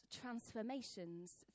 transformations